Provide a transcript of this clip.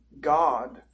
god